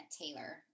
Taylor